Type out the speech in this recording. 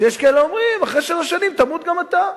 שיש כאלה שאומרים: אחרי שלוש שנים תמות גם אתה.